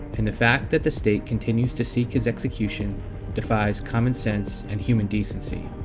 and the fact that the state continues to seek his execution defies common sense and human decency.